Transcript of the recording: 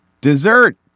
dessert